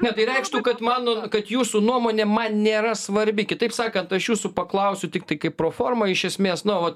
ne tai reikštų kad mano kad jūsų nuomonė man nėra svarbi kitaip sakant aš jūsų paklausiu tiktai kaip pro formą iš esmės nu vat